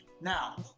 Now